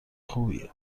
خوبیه